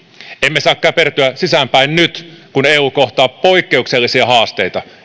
emme saa käpertyä sisäänpäin nyt kun eu kohtaa poikkeuksellisia haasteita